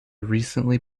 recently